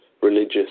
religious